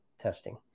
testing